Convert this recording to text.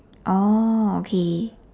oh okay